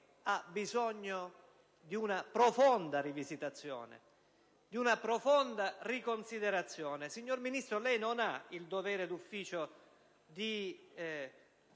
ha bisogno di una profonda rivisitazione e riconsiderazione. Signor Ministro, lei non ha il dovere di ufficio di